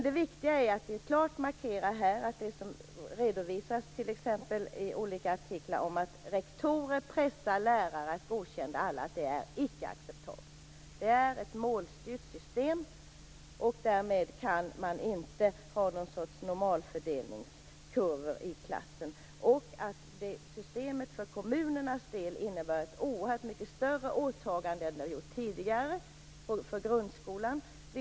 Det viktiga är att vi klart markerar här att det som redovisas - t.ex. olika artiklar om att rektorer pressar lärare att godkänna alla - icke är acceptabelt. Systemet är målstyrt. Därmed kan man inte ha en sorts normalfördelningskurvor i klassen. Systemet för kommunernas del innebär ett oerhört mycket större åtagande jämfört med hur det var tidigare vad gäller grundskolan.